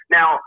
Now